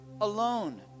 alone